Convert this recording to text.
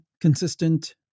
consistent